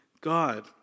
God